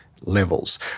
levels